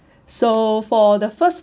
so for the first